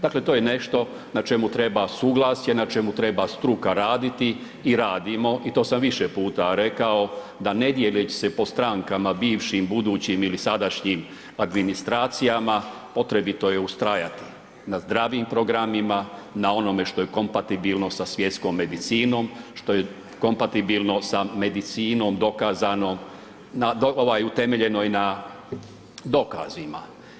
Dakle to je nešto na čemu treba suglasje, na čemu treba struka raditi i radimo i to sam više puta rekao da ne dijeleći se po strankama bivšim, budućim ili sadašnjim administracijama potrebito je ustrajati na zdravim programima, na onome što je kompatibilno sa svjetskom medicinom, što je kompatibilno sa medicinom dokazanom, utemeljenoj na dokazima.